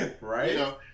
Right